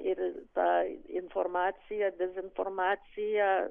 ir ta informacija dezinformacija